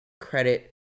credit